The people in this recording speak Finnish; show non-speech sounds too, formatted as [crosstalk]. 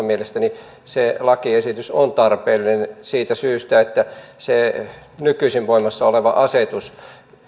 [unintelligible] mielestäni lakiesitys on tarpeellinen siitä syystä että se nykyisin voimassa oleva asetus